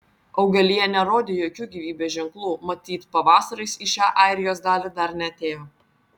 augalija nerodė jokių gyvybės ženklų matyt pavasaris į šią airijos dalį dar neatėjo